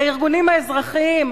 הארגונים האזרחיים,